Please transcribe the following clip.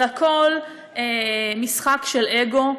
זה הכול משחק של אגו,